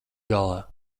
galā